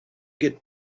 get